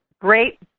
great